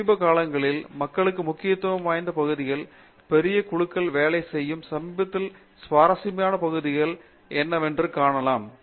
சமீப காலங்களில் மக்களுக்கு முக்கியத்துவம் வாய்ந்த பகுதிகள் பெரிய குழுக்கள் வேலை செய்யும் சமீபத்தில் வந்துள்ள சுவாரஸ்யமான பகுதிகள் என்னவென்பதை காணலாம்